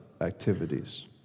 activities